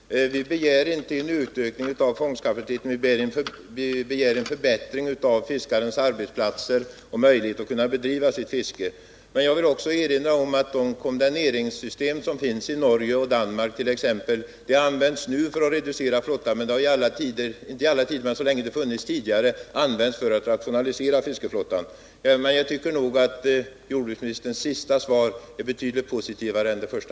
Herr talman! Vi begär inte en utökning av fångstkapaciteten. Vi begär en | förbättring av fiskarnas arbetsplatser och möjligheter att bedriva sitt fiske. Jag vill också erinra om att de kondemneringssystem som finns i exempelvis Norge och Danmark nu används för att reducera flottan — men de har tidigare, så länge de har funnits, använts för rationalisering av fiskeflottan. Jag tycker dock att jordbruksministerns senaste inlägg är betydligt mer positivt än det första.